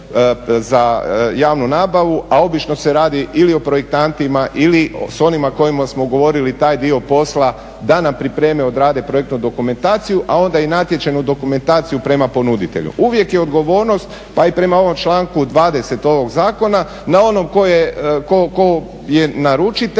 za javnu nabavu a obično se radi ili o projektantima ili s onima kojima smo ugovorili taj dio posla da nam pripreme i odrade projektnu dokumentaciju a onda i natječajnu dokumentaciju prema ponuditelju. Uvijek je odgovornost pa i prema ovom članku 20. ovog zakona na onom tko je naručitelj,